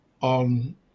on